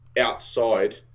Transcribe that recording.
outside